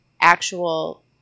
actual